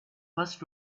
first